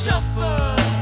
Suffer